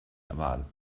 aber